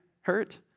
hurt